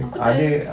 aku takde